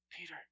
Peter